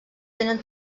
tenen